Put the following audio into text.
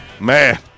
man